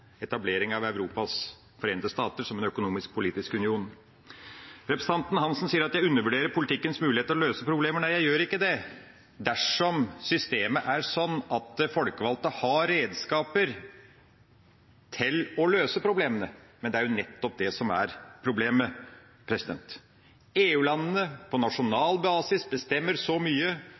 etablering av Europas forente stater, som en økonomisk, politisk union. Representanten Hansen sier at jeg undervurderer politikkens muligheter til å løse problemer. Nei, jeg gjør ikke det – dersom systemet er sånn at de folkevalgte har redskaper til å løse problemene. Men det er nettopp det som er problemet. EU-landene, på nasjonal basis, bestemmer så mye